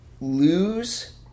lose